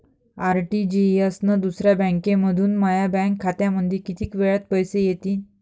RTGS न दुसऱ्या बँकेमंधून माया बँक खात्यामंधी कितीक वेळातं पैसे येतीनं?